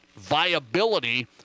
viability